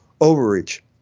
overreach